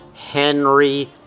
Henry